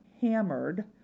hammered